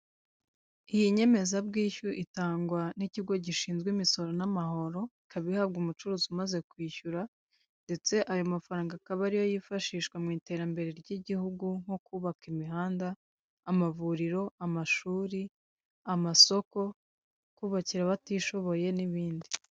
Iyi nyemezabwishyu itangwa n'ikigo gishinzwe imisoro n'amahoro, ikaba ihabwa umucuruzi umaze kwishyura ndetse aya mafaranga akaba ari yo yifashijwa mu iterambere ry'igihugu nko kubakira imihanda, amavuriro, amashuri, amasoko, kubakira abatishoboye n'ibindi.